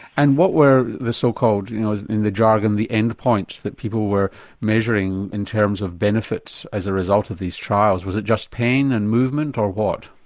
and what were the so called you know in the jargon the end points that people were measuring in terms of benefits as a result of these trials? was it just pain and movement or what?